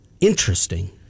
Interesting